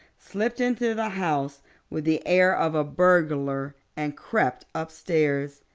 slipped into the house with the air of a burglar and crept upstairs.